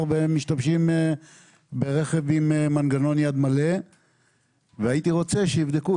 ומשתמשים ברכב עם מנגנון יד מלא והייתי רוצה שיבדקו,